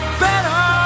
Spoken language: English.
better